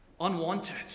Unwanted